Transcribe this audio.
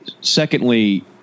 Secondly